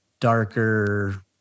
darker